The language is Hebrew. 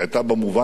במובן אחד,